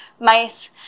mice